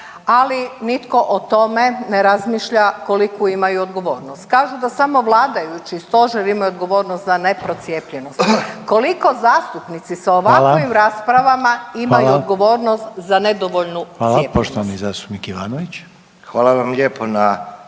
ali nitko o tome ne razmišlja koliku imaju odgovornost. Kažu da samo vladajući i stožer imaju odgovornost za neprocijepljenost, koliko zastupnici sa ovakvim raspravama imaju odgovornost za nedovoljnu cijepljenost? **Reiner, Željko (HDZ)** Hvala. Poštovani